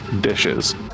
dishes